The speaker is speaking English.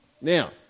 Now